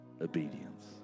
obedience